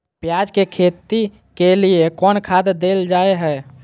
प्याज के खेती के लिए कौन खाद देल जा हाय?